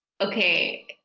okay